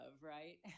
right